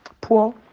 poor